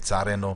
לצערנו,